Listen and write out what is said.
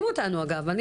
הילדים שלי אני